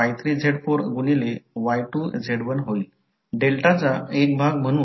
आता आकृती 10 मध्ये म्युच्युअल व्होल्टेज v2 हे v2 साठीचे रेफरन्स पोलारिटी आणि i1 च्या दिशेने निश्चित केले जाते